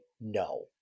no